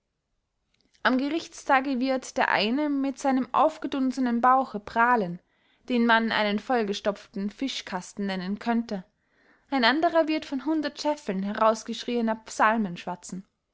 am gerichtstage wird der eine mit seinem aufgedunsenen bauche prahlen den man einen vollgestopften fischkasten nennen könnte ein anderer wird von hundert scheffeln herausgeschriener psalmen schwatzen